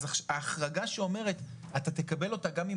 אז ההחרגה שאומרת: אתה תקבל אותה גם אם